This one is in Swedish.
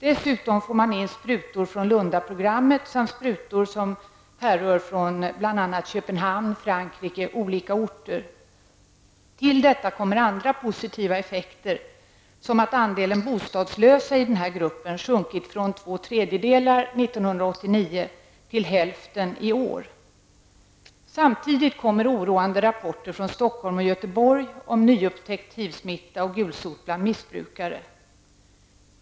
Dessutom får man in sprutor från Lundaprogrammet samt sprutor som härrör från bl.a. Köpenhamn och olika orter i Frankrike. Till detta kommer andra positiva effekter, som att andelen bostadslösa i den här gruppen har sjunkit från två tredejedelar 1989 till hälften i år. Samtidigt kommer oroande rapporter från smitta och gulsot bland missbrukare.